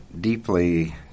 deeply